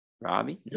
Robbie